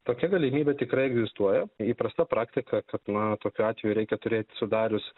tokia galimybė tikrai egzistuoja įprasta praktika kad na tokiu atveju reikia turėti sudarius